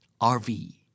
RV